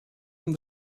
from